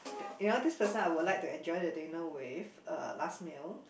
you know this person I would like to enjoy the dinner with uh last meal